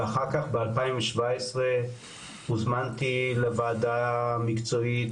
ואחר כך ב- 2017 הוזמנתי לוועדה המקצועית